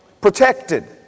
protected